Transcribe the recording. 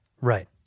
Right